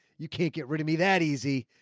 you can't get rid of me that easy.